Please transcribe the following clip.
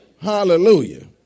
Hallelujah